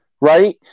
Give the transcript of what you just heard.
right